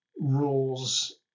rules